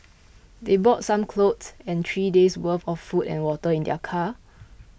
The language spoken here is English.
they brought some clothes and three days' worth of food and water in their car